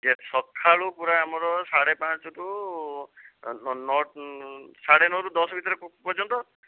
ସକାଳୁ ପୂରା ଆମର ସାଢ଼େ ପାଞ୍ଚରୁ ନଅ ସାଢ଼େ ନଅରୁ ଦଶ୍ ଭିତରେ ପର୍ଯ୍ୟନ୍ତ